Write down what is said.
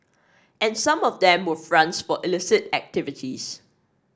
and some of them were fronts for illicit activities